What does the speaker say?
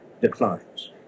declines